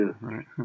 right